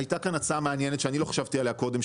הייתה כאן הצעה מעניינת שאני לא חשבתי עליה קודם,